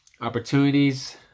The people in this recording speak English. opportunities